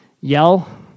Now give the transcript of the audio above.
yell